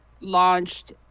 launched